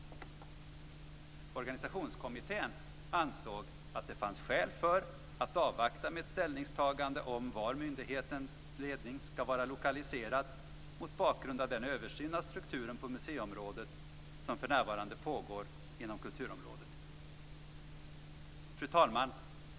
Organisationskommittén ansåg att det fanns skäl för att avvakta med ett ställningstagande om var myndighetens ledning skall vara lokaliserad mot bakgrund av den översyn av strukturen på museiområdet som för närvarande pågår inom Fru talman!